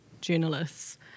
journalists